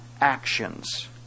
actions